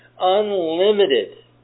Unlimited